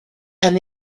and